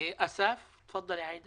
עד